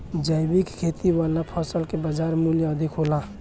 जैविक खेती वाला फसल के बाजार मूल्य अधिक होला